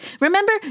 Remember